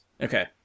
Okay